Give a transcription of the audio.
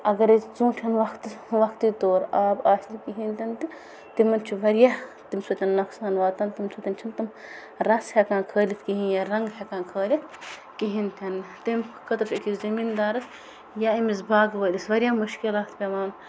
اَگر ہاز ژونٛٹھٮ۪ن وَقتس بے وقتی طور آب آسنہٕ کِہیٖنۍ تہِ نہٕ تہٕ تِمن چھُ واریاہ تمہِ سۭتۍ نۄقصان واتان تِم چھِ تمۍ چھِ نہٕ تِم رَس ہیکان کھٲلِتھ کِہیٖنۍ یا رنٛگ ہٮ۪کان کھٲلِتھ کِہیٖنۍ تہِ نہٕ تمہِ خٲطرٕ چھُ أکِس زمیٖندارَس یا أمِس باغہٕ وٲلِس واریاہ مُشکِلات پٮ۪وان